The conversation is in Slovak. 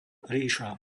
ríša